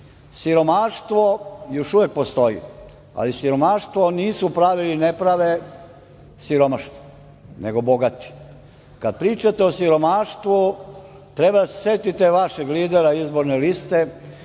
Siromaštvo još uvek postoji, ali siromaštvo nisu pravili, ne prave siromašni nego bogati kada pričate o siromaštvu treba da se setite vašeg lidera izborne liste